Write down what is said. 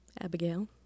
Abigail